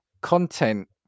content